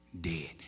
dead